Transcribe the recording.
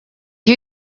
you